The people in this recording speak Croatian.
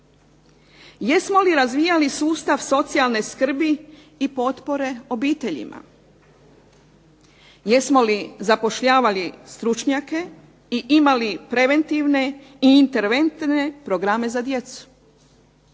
Jesmo li razvijali sustav socijalne skrbi i potpore obiteljima? Jesmo li zapošljavali stručnjake i imali preventivne i interventne programe za djecu?